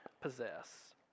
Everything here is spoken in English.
possess